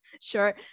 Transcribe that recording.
Sure